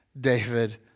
David